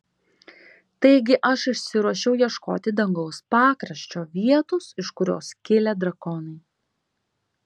taigi aš išsiruošiau ieškoti dangaus pakraščio vietos iš kurios kilę drakonai